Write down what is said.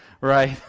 right